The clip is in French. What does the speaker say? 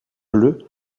bleu